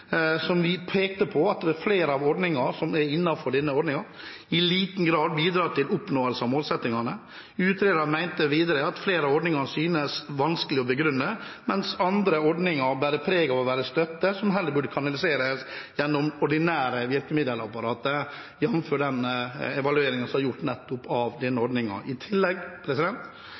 Som vi pekte på, bidrar flere av ordningene som er innenfor denne ordningen, i liten grad til oppnåelse av målsettingene. Utrederne mente videre at flere av ordningene synes vanskelige å begrunne, mens andre ordninger bærer preg av å være støtte som heller burde kanaliseres gjennom det ordinære hjelpemiddelapparatet, jf. evalueringen som er gjort av denne ordningen. I tillegg